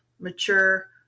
mature